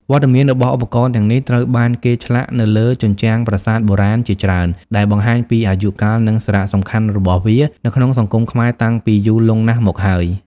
វត្តមានរបស់ឧបករណ៍ទាំងនេះត្រូវបានគេឆ្លាក់នៅលើជញ្ជាំងប្រាសាទបុរាណជាច្រើន ដែលបង្ហាញពីអាយុកាល និងសារៈសំខាន់របស់វានៅក្នុងសង្គមខ្មែរតាំងពីយូរលង់ណាស់មកហើយ។